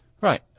Right